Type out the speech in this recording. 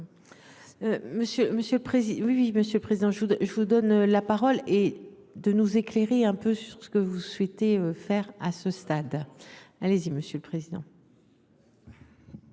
Monsieur le Président, je voudrais je vous donne la parole et de nous éclairer un peu sur ce que vous souhaitez faire à ce stade. Allez-y, monsieur le président.